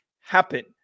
happen